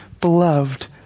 Beloved